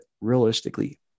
realistically